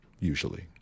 usually